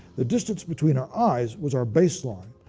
the distance between our eyes was our baseline.